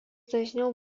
dažniau